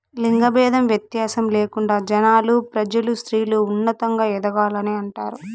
లింగ భేదం వ్యత్యాసం లేకుండా జనాలు ప్రజలు స్త్రీలు ఉన్నతంగా ఎదగాలని అంటారు